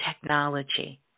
technology